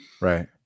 Right